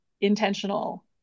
intentional